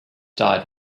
died